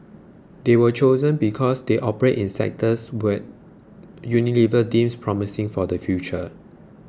they were chosen because they operate in sectors what Unilever deems promising for the future